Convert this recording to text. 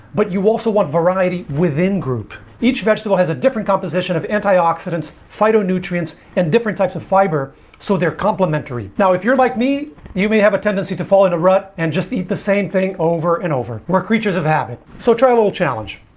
but you also want variety within group each vegetable has a different composition of antioxidants phytonutrients and different types of fiber so they're complementary now if you're like me you may tendency to fall in a rut and just eat the same thing over and over we're creatures have happened so try a little challenge,